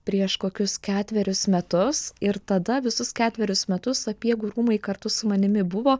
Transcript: prieš kokius ketverius metus ir tada visus ketverius metus sapiegų rūmai kartu su manimi buvo